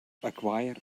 acquire